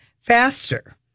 faster